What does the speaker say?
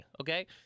Okay